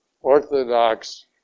orthodox